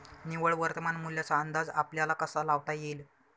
निव्वळ वर्तमान मूल्याचा अंदाज आपल्याला कसा लावता येईल?